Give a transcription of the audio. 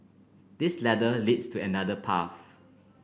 this ladder leads to another path